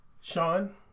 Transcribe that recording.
Sean